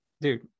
dude